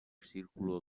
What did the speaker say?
círculo